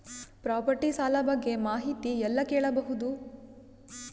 Property ಸಾಲ ಬಗ್ಗೆ ಮಾಹಿತಿ ಎಲ್ಲ ಕೇಳಬಹುದು?